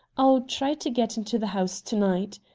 i'll try to get into the house to-night.